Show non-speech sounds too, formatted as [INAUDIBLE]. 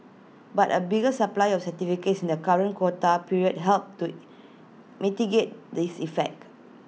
but A bigger supply of certificates in the current quota period helped to [HESITATION] mitigate this effect